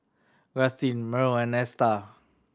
Rustin Mearl and Esta